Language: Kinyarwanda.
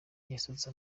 yasutse